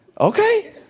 okay